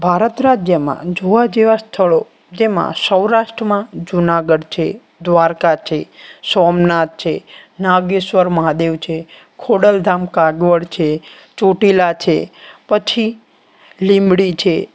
ભારત રાજ્યમાં જોવા જેવા સ્થળો જેમાં સૌરાષ્ટ્રમાં જુનાગઢ છે દ્વારકા છે સોમનાથ છે નાગેશ્વર મહાદેવ છે ખોડલધામ કાગોળ છે ચોટીલા છે પછી લીંબડી છે